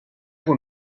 con